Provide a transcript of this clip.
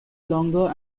longer